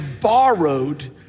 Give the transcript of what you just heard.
borrowed